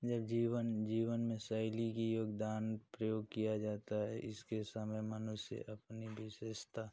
जब जीवन जीवन में शैली की योगदान प्रयोग किया जाता है इसके समय मनुष्य अपनी विशेषता